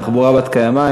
תחבורה בת-קיימא,